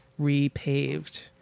repaved